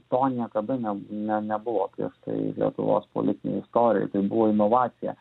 to niekada ne ne nebuvo prieš tai lietuvos politinėj istorijoj tai buvo inovacija